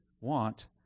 want